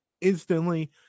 instantly